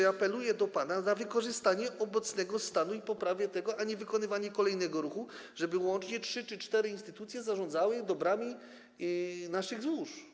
Ja apeluję do pana o wykorzystanie obecnego stanu i jego poprawę, niewykonywanie kolejnego ruchu, żeby łącznie trzy czy cztery instytucje zarządzały dobrami naszych złóż.